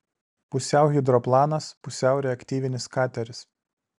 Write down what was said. pusiau hidroplanas pusiau reaktyvinis kateris